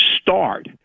start